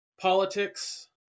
politics